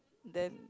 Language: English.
then